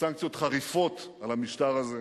וסנקציות חריפות, על המשטר הזה,